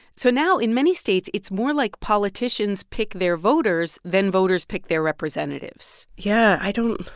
so now, in many states, it's more like politicians pick their voters than voters pick their representatives yeah, i don't